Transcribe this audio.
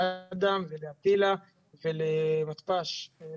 לאדם ולמתפ"ש ---.